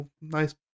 nice